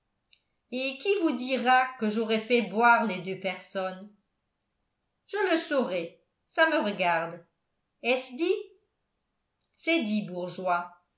et qui vous dira que j'aurai fait boire les deux personnes je le saurai ça me regarde est-ce dit c'est dit bourgeois